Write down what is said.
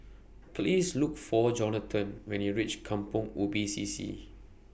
Please Look For Johnathan when YOU REACH Kampong Ubi C C